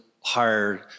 hired